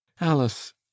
Alice